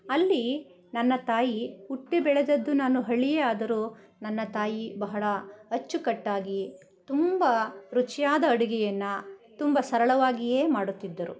ಅಲ್ಲಿ ನನ್ನ ತಾಯಿ ಹುಟ್ಟಿ ಬೆಳೆದದ್ದು ನಾನು ಹಳ್ಳಿಯೇ ಆದರೂ ನನ್ನ ತಾಯಿ ಬಹಳ ಅಚ್ಚುಕಟ್ಟಾಗಿ ತುಂಬ ರುಚಿಯಾದ ಅಡುಗೆಯನ್ನು ತುಂಬ ಸರಳವಾಗಿಯೇ ಮಾಡುತ್ತಿದ್ದರು